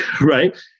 right